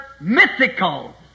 mythical